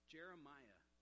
Jeremiah